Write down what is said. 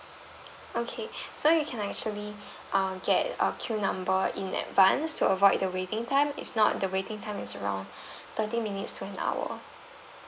okay so you can actually uh get a queue number in advance to avoid the waiting time if not the waiting time is around thirty minutes to an hour